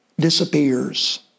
disappears